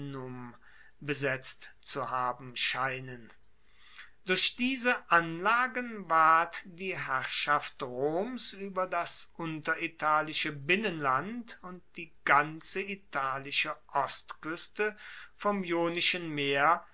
besetzt zu haben scheinen durch diese anlagen ward die herrschaft roms ueber das unteritalische binnenland und die ganze italische ostkueste vom ionischen meer